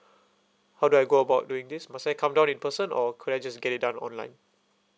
how do I go about doing this must I come down in person or could I just get it done online